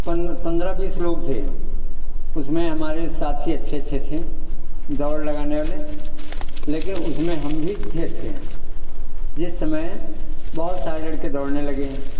पन्द पन्द्रह बीस लोग थे उसमें हमारे साथी अच्छे अच्छे थे दौड़ लगाने वाले लेकिन उसमें हम भी थे थें जिस समय बहुत सारे लड़के दौड़ने लगे